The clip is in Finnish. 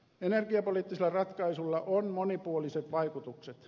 energiapoliittisilla ratkaisuilla on monipuoliset vaikutukset